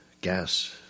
gas